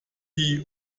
die